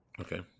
Okay